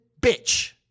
bitch